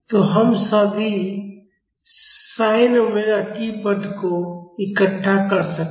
तो हम सभी sin ओमेगा टी पद को इकट्ठा कर सकते हैं